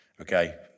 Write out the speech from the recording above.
Okay